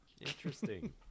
interesting